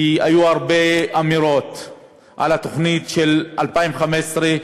כי היו הרבה אמירות על התוכנית של 2015,